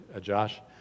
Josh